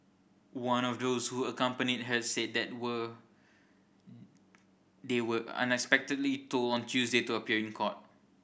one of those who accompanied her said were they were unexpectedly told on Tuesday to appear in court